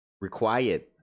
Required